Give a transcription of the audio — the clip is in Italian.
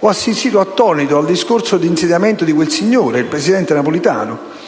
Ho assistito attonito al discorso di insediamento di quel signore, il presidente Napolitano,